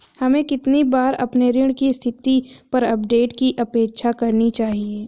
हमें कितनी बार अपने ऋण की स्थिति पर अपडेट की अपेक्षा करनी चाहिए?